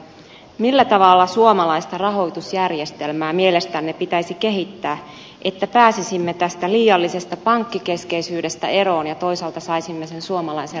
millä tavalla suomalaista rahoitusjärjestelmää mielestänne pitäisi kehittää että pääsisimme tästä liiallisesta pankkikeskeisyydestä eroon ja toisaalta saisimme sen suomalaisen rahan liikkeelle